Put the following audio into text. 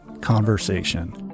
conversation